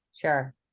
Sure